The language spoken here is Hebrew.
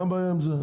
מה הבעיה עם זה?